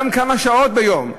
גם כמה שעות ביום.